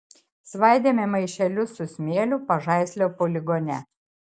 svaidėme maišelius su smėliu pažaislio poligone